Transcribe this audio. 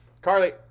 Carly